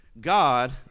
God